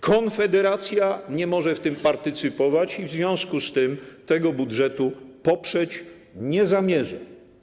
Konfederacja nie może w tym partycypować i w związku z tym tego budżetu poprzeć nie zamierza.